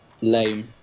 lame